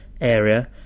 area